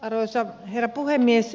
arvoisa herra puhemies